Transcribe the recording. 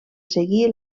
seguir